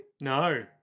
No